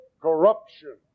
corruption